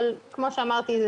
אבל כמו שאמרתי,